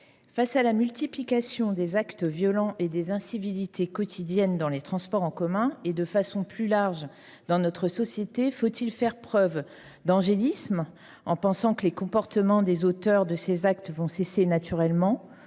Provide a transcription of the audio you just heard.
face à la multiplication des actes violents et des incivilités quotidiennes dans les transports en commun et, de façon plus large, dans notre société, faut il faire preuve d’angélisme en pensant que ce phénomène va baisser naturellement